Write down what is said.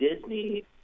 Disney